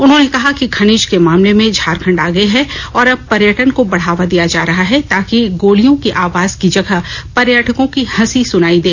उन्होंने कहा कि खनिज के मामले में झारखंड आगे है और अब पर्यटन को बढ़ावा दिया जा रहा है ताकि गोलियों की आवाज की जगह पर्यटकों की हंसी सुनायी दे